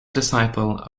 disciple